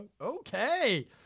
Okay